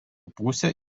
pusė